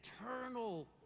eternal